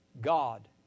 God